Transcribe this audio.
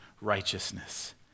righteousness